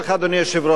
אדוני היושב-ראש,